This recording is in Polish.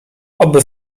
oby